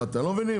מה, אתם לא מבינים?